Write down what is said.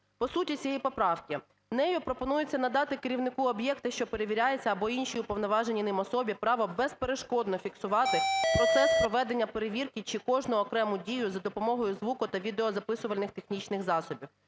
По суті цієї поправки. Нею пропонується надати керівнику об'єкта, що перевіряється, або іншій уповноваженій ним особі право безперешкодно фіксувати процес проведення перевірки чи кожну окрему дію за допомогою звуку та відеозаписувальних технічних засобів,